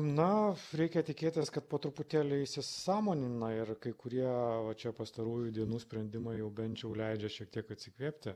na reikia tikėtis kad po truputėlį įsisąmonina ir kai kurie čia pastarųjų dienų sprendimai jau bent jau leidžia šiek tiek atsikvėpti